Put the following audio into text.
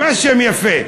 ממש שם יפה.